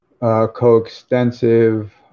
coextensive